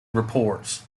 reports